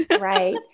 right